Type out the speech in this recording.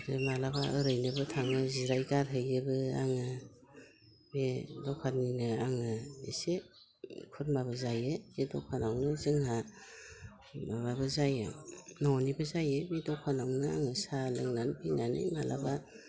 जों मालाबा ओरैनोबो थाङो जिरायगारहैयोबो आङो बे दखाननिनो आङो एसे खुरमाबो जायो बे दखानावनो जोंहा माबाबो जायो न'निबो जायो बे दखानावनो आङो साहा लोंनानै फैनानै आं माब्लाबा